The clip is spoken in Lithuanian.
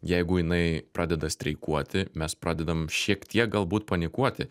jeigu jinai pradeda streikuoti mes pradedam šiek tiek galbūt panikuoti